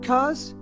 Cause